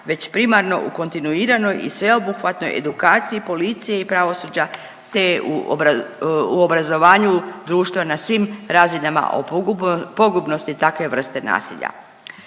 već primarno u kontinuiranoj i sveobuhvatnoj edukaciji policije i pravosuđa, te u obrazovanju društva na svim razinama o pogubnosti takve vrste nasilja.